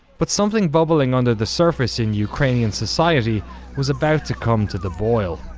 but something bubbling under the surface in ukrainian society was about to come to the boil.